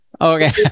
Okay